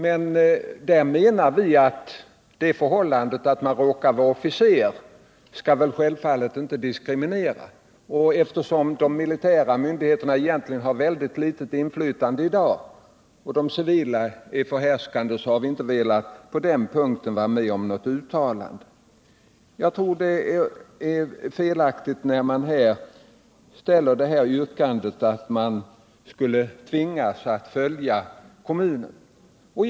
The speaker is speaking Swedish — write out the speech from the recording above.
Vi övriga menar att det förhållandet att man råkar vara officer inte skall vara grund för diskriminering. Eftersom de militära myndigheterna i dag egentligen har ett mycket litet inflytande och de civila är förhärskande har vi inte velat vara med om något uttalande på den punkten. Jag tror det är felaktigt att tvinga regeringen att följa kommunens uppfattning.